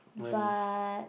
but